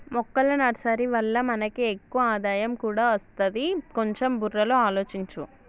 మొక్కల నర్సరీ వల్ల మనకి ఎక్కువ ఆదాయం కూడా అస్తది, కొంచెం బుర్రలో ఆలోచించు